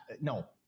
no